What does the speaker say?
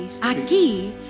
aquí